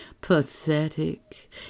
Pathetic